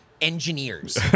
engineers